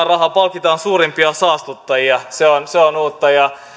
rahaa palkitaan suurimpia saastuttajia se on uutta ja